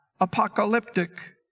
apocalyptic